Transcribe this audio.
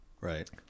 Right